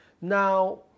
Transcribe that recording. Now